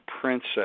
Princess